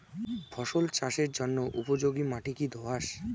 ফসল চাষের জন্য উপযোগি মাটি কী দোআঁশ?